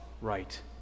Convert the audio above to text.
right